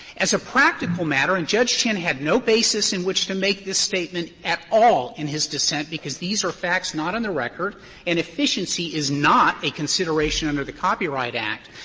as a practical matter, and judge chin had no basis in which to make this statement at all in his dissent because these are facts not on the record and efficiency is not a consideration under the copyright act,